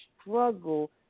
struggle